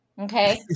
Okay